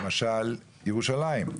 למשל ירושלים.